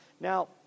Now